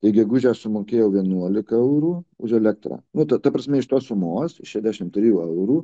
tai gegužę sumokėjo vienuolika eurų už elektrą butą ta prasme iš tos sumos šešiasdešim trijų eurų